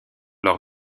lors